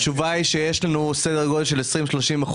התשובה היא שיש לנו סדר גודל של 20% 30%